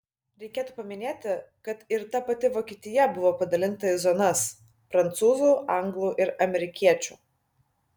reikėtų paminėti kad ir ta pati vokietija buvo padalinta į zonas prancūzų anglų ir amerikiečių